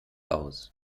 aus